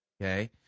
okay